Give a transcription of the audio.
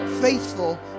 faithful